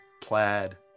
plaid